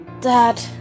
Dad